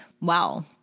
wow